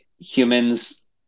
humans